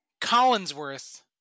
Collinsworth